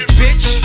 bitch